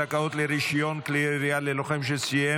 זכאות לרישיון כלי ירייה ללוחם שסיים